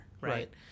Right